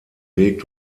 weg